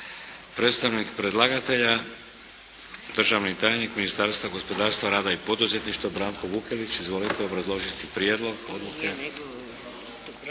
Predstavnik predlagatelja državni tajnik Ministarstva gospodarstva, rada i poduzetništva Branko Vukelić, izvolite obrazložiti prijedlog odluke.